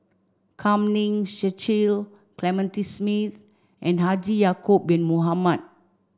Kam Ning Cecil Clementi Smith and Haji Ya'acob bin Mohamed